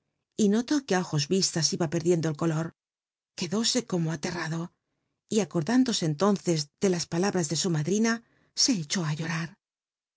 espejo notó que it ojos vistas iba pcrclientlo el color luedósc como aterrado l aconlanclose rnlcíncts ele las palabras de su madrina se echó á llorar